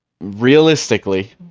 realistically